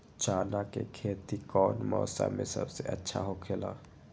चाना के खेती कौन मौसम में सबसे अच्छा होखेला?